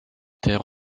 terre